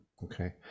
Okay